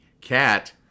cat